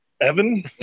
Evan